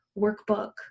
workbook